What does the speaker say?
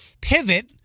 pivot